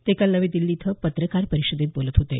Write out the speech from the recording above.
ते काल नवी दिल्ली इथं पत्रकार परिषदेत बोलत होते